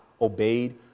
obeyed